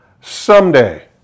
someday